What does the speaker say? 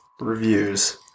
reviews